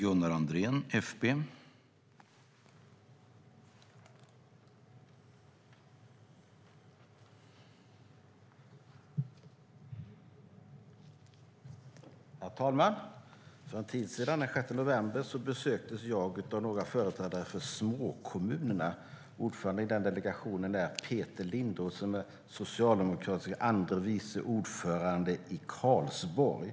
Herr talman! För en tid sedan - den 6 november - besöktes jag av några företrädare för småkommunerna. Ordförande i den delegationen är Peter Lindroth, som är socialdemokratisk andre vice ordförande i kommunstyrelsen i Karlsborg.